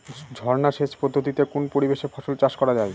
ঝর্না সেচ পদ্ধতিতে কোন পরিবেশে ফসল চাষ করা যায়?